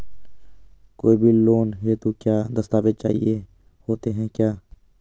कोई भी लोन हेतु क्या दस्तावेज़ चाहिए होते हैं?